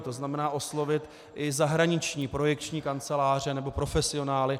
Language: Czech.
To znamená, oslovit i zahraniční projekční kanceláře nebo profesionály.